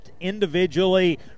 individually